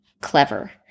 clever